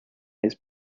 his